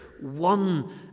one